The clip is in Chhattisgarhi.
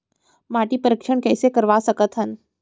माटी परीक्षण कइसे करवा सकत हन?